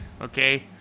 Okay